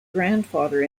grandfather